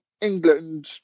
England